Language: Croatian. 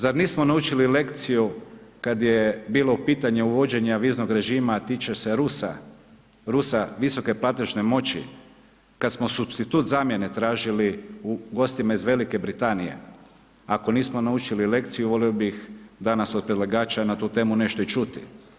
Zar nismo naučili lekciju kad je bilo u pitanju uvođenje viznog režima, a tiče se Rusa, Rusa visoke platežne moći, kad smo supstitut zamjene tražili u gostima iz Velike Britanije, ako nismo naučili lekciju volio bih danas od predlagača na tu temu nešto i čuti.